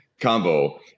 combo